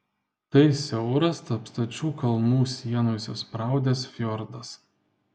tai siauras tarp stačių kalnų sienų įsispraudęs fjordas